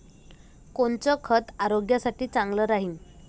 कोनचं खत आरोग्यासाठी चांगलं राहीन?